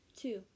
Two